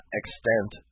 extent